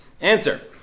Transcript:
Answer